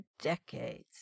decades